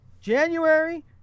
January